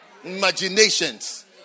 Imaginations